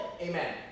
Amen